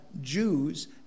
Jews